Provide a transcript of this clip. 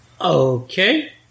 Okay